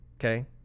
Okay